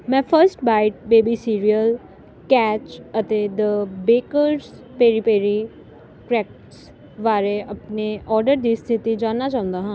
ਮੈਂ first bite baby cereal catch ਅਤੇ the bakers peri peri crackers ਵਾਲੇ ਆਪਣੇ ਆਰਡਰ ਦੀ ਸਥਿਤੀ ਜਾਣਨਾ ਚਾਹੁੰਦਾ ਹਾਂ